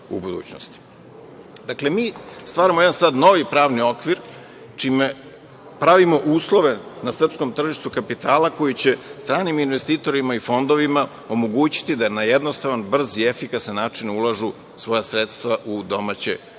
mi stvaramo jedan novi pravni okvir, čime pravimo uslove na srpskom tržištu kapitala koji će stranim investitorima i fondovima omogućiti da na jednostavan, brz i efikasan način ulažu svoja sredstva u domaće hartije